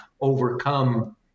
overcome